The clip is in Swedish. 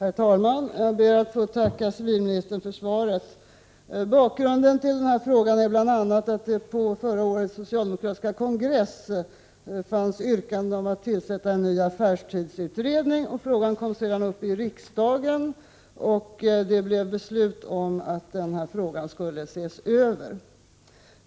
Herr talman! Jag ber att få tacka civilministern för svaret. Bakgrunden till frågan är bl.a. att det vid förra årets socialdemokratiska kongress fanns yrkanden om att tillsätta en ny affärstidsutredning. Frågan kom sedan uppi riksdagen, och det fattades beslut om att den skulle ses över.